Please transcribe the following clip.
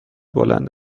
بلند